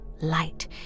light